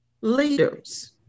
leaders